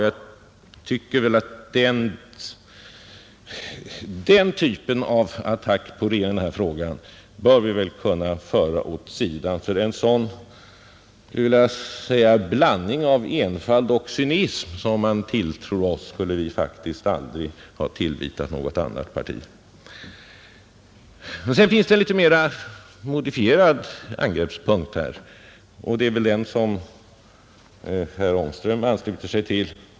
Den typen av attack på regeringen i den här frågan bör vi väl kunna föra åt sidan, för en sådan blandning av enfald och cynism som man tilltror oss skulle vi faktiskt aldrig ha tillvitat något annat parti. Sedan finns det här en litet mera modifierad angreppspunkt, och det är väl den som herr Ångström ansluter sig till.